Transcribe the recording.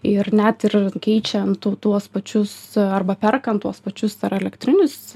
ir net ir keičiant tu tuos pačius arba perkant tuos pačius ar elektrinius